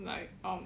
like um